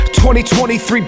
2023